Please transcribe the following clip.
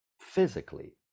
physically